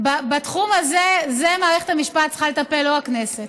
בתחום הזה מערכת המשפט צריכה לטפל, לא הכנסת.